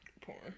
Porn